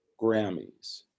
Grammys